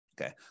Okay